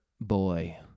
boy